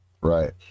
Right